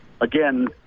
again